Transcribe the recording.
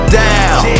down